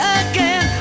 again